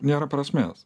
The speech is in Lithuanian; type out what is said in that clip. nėra prasmės